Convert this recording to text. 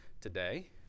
today